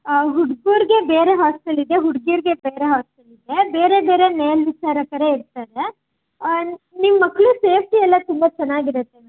ಹುಡುಗರಿಗೆ ಬೇರೆ ಹಾಸ್ಟೆಲ್ ಇದೆ ಹುಡುಗಿಯರಿಗೆ ಬೇರೆ ಹಾಸ್ಟೆಲ್ ಇದೆ ಬೇರೆ ಬೇರೆ ಮೇಲ್ವಿಚಾರಕರೇ ಇರ್ತಾರೆ ನಿಮ್ಮ ಮಕ್ಕಳು ಸೇರಿಸಿ ಎಲ್ಲ ತುಂಬ ಚೆನ್ನಾಗಿರತ್ತೆ ಮೇಡಮ್